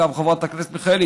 גם חברת הכנסת מיכאלי,